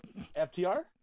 FTR